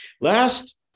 Last